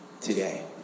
today